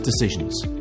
decisions